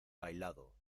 bailado